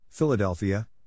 Philadelphia